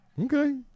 Okay